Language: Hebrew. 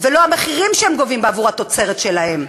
ולא המחירים שהם גובים בעבור התוצרת שלהם,